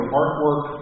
artwork